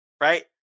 right